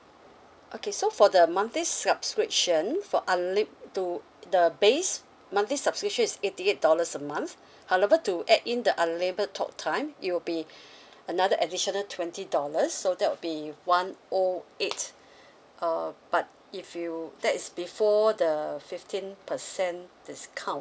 okay so for the monthly subscription for unlit to the base monthly subscription is eighty eight dollars a month however to add in the unlimited talk time it will be another additional twenty dollars so that would be one O eight err but if you that is before the fifteen percent discount